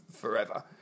forever